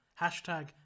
Hashtag